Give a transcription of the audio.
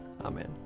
Amen